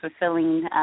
fulfilling